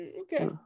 Okay